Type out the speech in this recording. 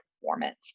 performance